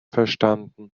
verstanden